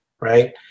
right